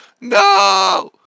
No